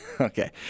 Okay